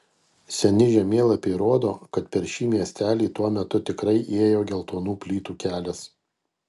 seni žemėlapiai rodo kad per šį miestelį tuo metu tikrai ėjo geltonų plytų kelias